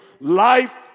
life